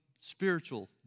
spiritual